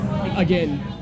again